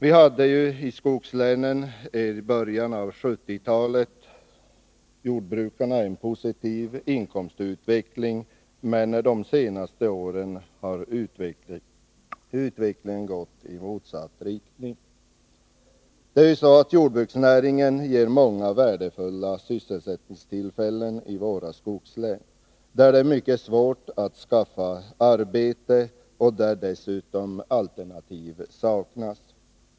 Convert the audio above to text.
I början av 1970-talet hade jordbrukarna i skogslänen en positiv inkomstutveckling, men under de senaste åren har utvecklingen gått i motsatt riktning. Jordbruksnäringen ger många värdefulla sysselsättningstillfällen i våra skogslän, där det är mycket svårt att skaffa arbete och där dessutom alternativ saknas.